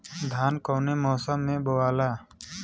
धान कौने मौसम मे बोआला?